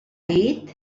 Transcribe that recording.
dit